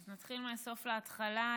נתחיל מהסוף להתחלה.